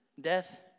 death